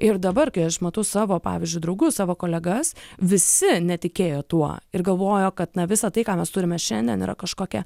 ir dabar kai aš matau savo pavyzdžiui draugus savo kolegas visi netikėjo tuo ir galvojo kad na visa tai ką mes turime šiandien yra kažkokia